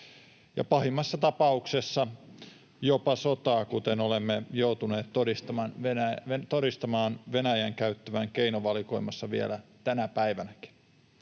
pahimmassa tapauksessa jopa sotaa, jota olemme joutuneet todistamaan Venäjän käyttävän keinovalikoimassa vielä tänä päivänäkin.